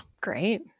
Great